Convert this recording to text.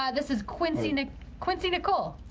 yeah this is quincy nicole. quincy nicole.